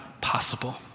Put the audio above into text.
possible